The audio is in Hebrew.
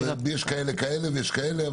יש כאלה ויש כאלה.